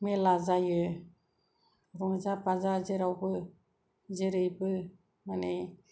मेला जायो रंजा बाजा जेरावबो जेरैबो माने